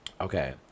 Okay